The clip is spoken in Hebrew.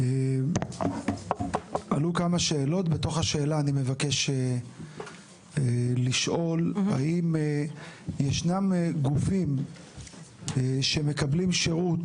עלו כמה שאלות; אני מבקש לשאול: האם ישנם גופים שמקבלים שירות,